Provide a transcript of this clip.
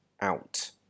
out